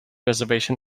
reservation